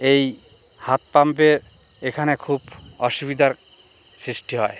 এই হাত পাম্পে এখানে খুব অসুবিধার সৃষ্টি হয়